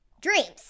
dreams